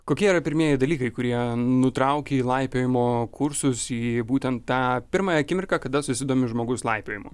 kokie yra pirmieji dalykai kurie nutraukia į laipiojimo kursus į būtent tą pirmąją akimirką kada susidomi žmogus laipiojimu